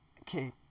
okay